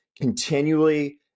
continually